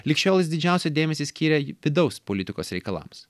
lig šiol jis didžiausią dėmesį skyrė j vidaus politikos reikalams